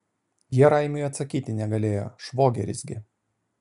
jie raimiui atsakyti negalėjo švogeris gi